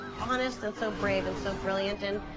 honest and so brave and so brilliant. and,